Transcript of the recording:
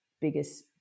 biggest